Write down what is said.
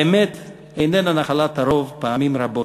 האמת איננה נחלת הרוב פעמים רבות,